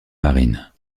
marine